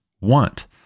want